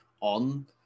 on